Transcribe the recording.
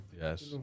Yes